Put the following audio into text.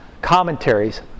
commentaries